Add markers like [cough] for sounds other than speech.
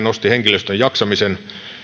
[unintelligible] nosti esiin henkilöstön jaksamisen